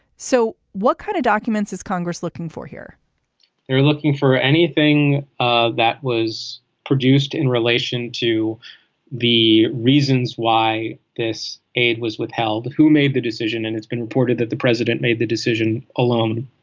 so what kind of documents is congress looking for here they're looking for anything ah that was produced in relation to the reasons why this aid was withheld who made the decision and it's been reported that the president made the decision alone.